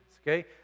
okay